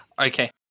Okay